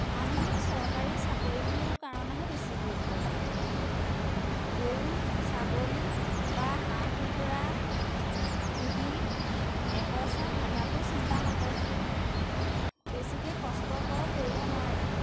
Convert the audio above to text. মানুহে চৰকাৰী চাকৰিটোৰ কাৰণেহে বেছি গুৰুত্ব দিয়ে গৰু ছাগলী বা হাঁহ কুকুৰা পুহি এপইচা ঘটাটো চিন্তা নকৰে বেছিকৈ কষ্টকৰ কৰিব নোৱাৰে